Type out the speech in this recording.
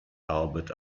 albert